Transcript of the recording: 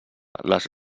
les